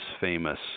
famous